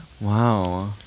Wow